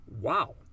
wow